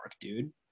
dude